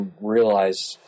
realize